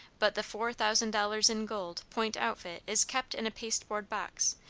but the four thousand dollars in gold point outfit is kept in a paste-board box,